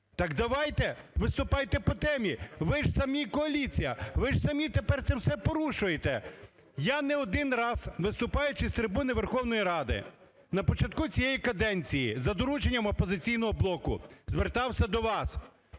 Так давайте виступайте по темі, ви ж самі – коаліція, ви ж самі тепер це все порушуєте. Я не один раз, виступаючи з трибуни Верховної Ради на початку цієї каденції за дорученням "Опозиційного блоку", звертався до вас: